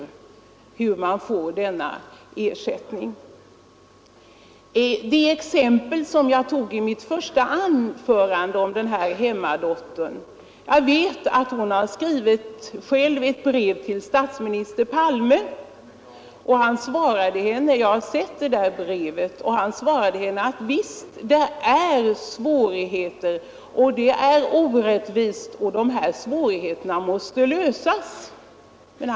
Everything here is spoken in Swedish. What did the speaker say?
Beträffande det exempel som jag tog upp i mitt första anförande och som gällde en hemmadotter vill jag nämna, att hon själv skrivit ett brev till statsminister Palme. Statsministern svarade henne att det visst är svårigheter och orättvisor på området och att man måste komma till rätta med dem.